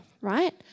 right